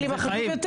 זה חיים.